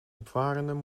opvarenden